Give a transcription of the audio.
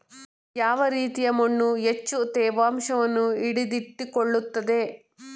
ಯಾವ ರೀತಿಯ ಮಣ್ಣು ಹೆಚ್ಚು ತೇವಾಂಶವನ್ನು ಹಿಡಿದಿಟ್ಟುಕೊಳ್ಳುತ್ತದೆ?